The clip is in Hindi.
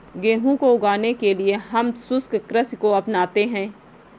गेहूं को उगाने के लिए हम शुष्क कृषि को अपनाते हैं